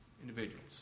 individuals